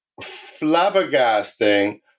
flabbergasting